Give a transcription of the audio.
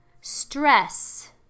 stress